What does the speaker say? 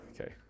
okay